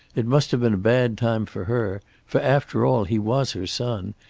it must have been bad time for her, for after all he was her son,